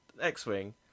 X-Wing